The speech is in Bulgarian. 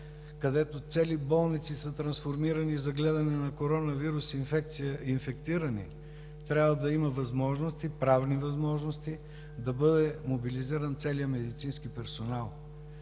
където цели болници са трансформирани за гледане на инфектирани от коронавирус инфекция, трябва да има правни възможности да бъде мобилизиран целият медицински персонал